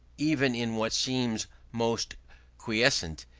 even in what seems most quiescent,